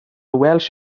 welsh